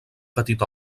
petit